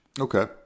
Okay